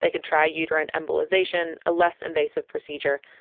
they could try uterine embolization, a less invasive procedure,